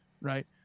right